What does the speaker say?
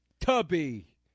tubby